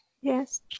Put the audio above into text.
Yes